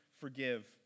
forgive